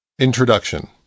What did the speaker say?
Introduction